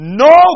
no